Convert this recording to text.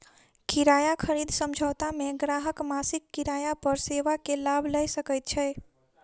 किराया खरीद समझौता मे ग्राहक मासिक किराया पर सेवा के लाभ लय सकैत छै